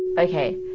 okay,